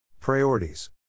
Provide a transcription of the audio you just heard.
Priorities